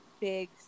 big